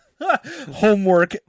Homework